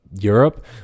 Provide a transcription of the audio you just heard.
Europe